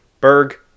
Berg